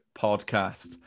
Podcast